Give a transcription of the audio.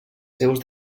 seus